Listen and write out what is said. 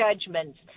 judgments